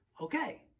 Okay